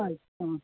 हा हा